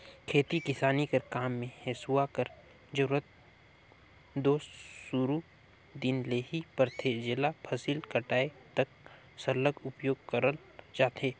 खेती किसानी कर काम मे हेसुवा कर जरूरत दो सुरू दिन ले ही परथे जेला फसिल कटाए तक सरलग उपियोग करल जाथे